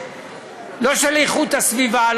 לא של איכות הסביבה,